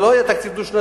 זה לא היה תקציב דו-שנתי,